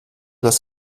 das